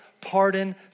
pardon